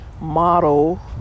model